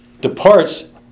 departs